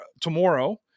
tomorrow